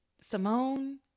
Simone